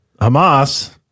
Hamas